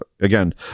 again